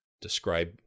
describe